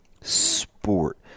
sport